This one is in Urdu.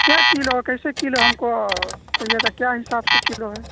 کیا کیلو ہے کیسے کیلو ہم کو چاہیے تھا کیا حساب سے کیلو ہے